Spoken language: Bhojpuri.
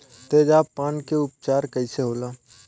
तेजाब पान के उपचार कईसे होला?